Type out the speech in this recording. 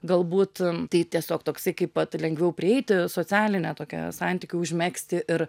galbūt tai tiesiog toksai kaip vat lengviau prieiti socialinę tokią santykį užmegzti ir